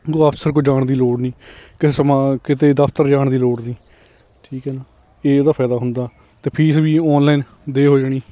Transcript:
ਕੋਈ ਅਫਸਰ ਕੋਲ ਜਾਣ ਦੀ ਲੋੜ ਨਹੀਂ ਕਿ ਸਮਾਂ ਕਿਤੇ ਦਫਤਰ ਜਾਣ ਦੀ ਲੋੜ ਨਹੀਂ ਠੀਕ ਹੈ ਨਾ ਇਹ ਉਹਦਾ ਫਾਇਦਾ ਹੁੰਦਾ ਅਤੇ ਫੀਸ ਵੀ ਉਹ ਔਨਲਾਈਨ ਦੇ ਹੋ ਜਾਣੀ